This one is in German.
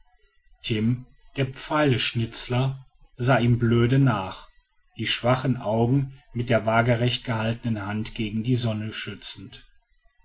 timm der pfeilschnitzler sah ihm blöde nach die schwachen augen mit der wagerecht gehaltenen hand gegen die sonne schützend